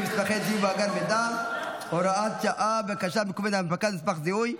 במסמכי זיהוי ובמאגר מידע (הוראת שעה) (בקשה מקוונת להנפקת מסמך זיהוי),